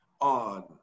on